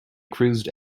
cruised